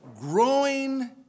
growing